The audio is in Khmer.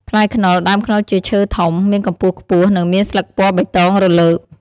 ផ្លែខ្នុរ ដើមខ្នុរជាឈើធំ មានកំពស់ខ្ពស់ និងមានស្លឹកពណ៌បៃតងរលើប។